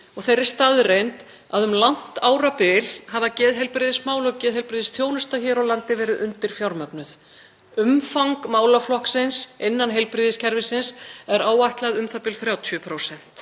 þeirri staðreynd að um langt árabil hafa geðheilbrigðismál og geðheilbrigðisþjónusta hér á landi verið undirfjármögnuð. Umfang málaflokksins innan heilbrigðiskerfisins er áætlað u.þ.b. 30%